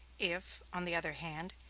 if, on the other hand,